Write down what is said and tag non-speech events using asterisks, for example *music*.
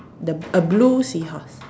the a blue seahorse *noise*